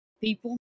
people